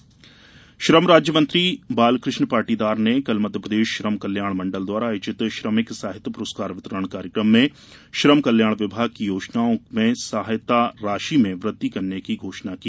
पुरस्कार कार्यक्रम श्रम राज्य मंत्री बालकृष्ण पाटीदार ने कल मध्यप्रदेश श्रम कल्याण मंडल द्वारा आयोजित श्रमिक साहित्य पुरस्कार वितरण कार्यक्रम में श्रम कल्याण विभाग की योजनाओं में सहायता राशि में वृद्धि करने की भी घोषणा की